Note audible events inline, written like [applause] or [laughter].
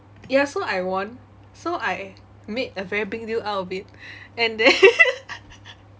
ya so I won so I made a very big deal out of it and then [laughs]